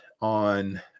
on